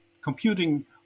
computing